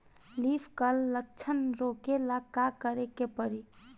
Leaf curl लक्षण रोकेला का करे के परी?